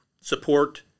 support